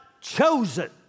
chosen